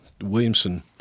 Williamson